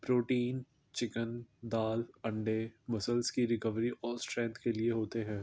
protein chicken دال انڈے muscles کی ریکوری اور اسٹرینتھ کے لیے ہوتے ہیں